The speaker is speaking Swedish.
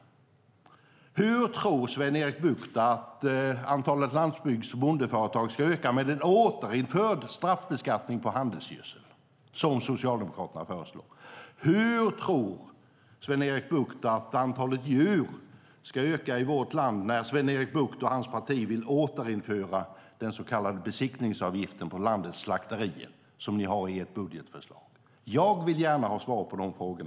Hur tror Sven-Erik Bucht att antalet landsbygds och bondeföretag ska öka med en återinförd straffbeskattning på handelsgödsel, som Socialdemokraterna föreslår? Hur tror Sven-Erik Bucht att antalet djur ska kunna öka i vårt land när Sven-Erik Bucht och hans parti vill återinföra den så kallade besiktningsavgiften för landets slakterier, som ni har i ert budgetförslag? Herr talman! Jag vill gärna ha svar på dessa frågor.